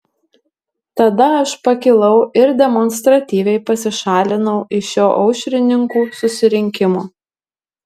tada aš pakilau ir demonstratyviai pasišalinau iš šio aušrininkų susirinkimo